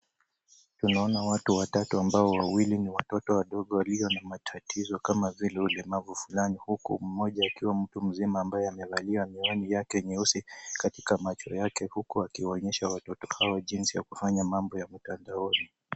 Tunaona watu watatu ambao wawili ni watoto wadogo walio na matatizo kama vile ulemavu fulani huku mmoja akiwa mtu mzima ambaye amevalia miwani nyeusi katika macho yake huku akionyesha watoto hao jinsi ya kufanya mambo yao.